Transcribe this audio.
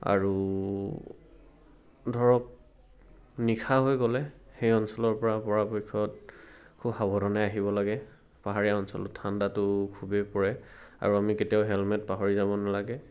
আৰু ধৰক নিশা হৈ গ'লে সেই অঞ্চলৰ পৰা পৰাপক্ষত খুব সাৱধানে আহিব লাগে পাহাৰীয়া অঞ্চলত ঠাণ্ডাটো খুবেই পৰে আৰু আমি কেতিয়াও হেলমেট পাহৰি যাব নালাগে